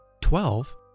Twelve